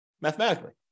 mathematically